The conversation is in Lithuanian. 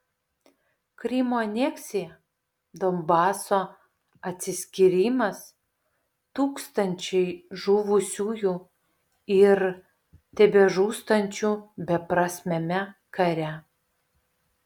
krymo aneksija donbaso atsiskyrimas tūkstančiai žuvusiųjų ir tebežūstančių beprasmiame kare